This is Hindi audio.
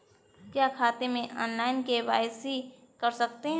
क्या खाते में ऑनलाइन के.वाई.सी कर सकते हैं?